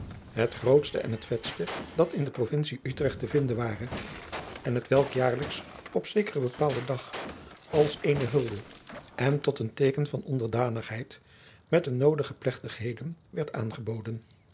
het grootste en vetste dat in de provintie utrecht te vinden ware en hetwelk jaarlijks op zekeren bepaalden dag als eene hulde en tot een teeken van onderdanigheid met de noodige plechtigheden werd aangeboden